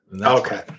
Okay